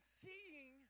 seeing